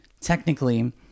technically